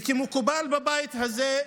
וכמקובל בבית הזה,